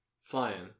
flying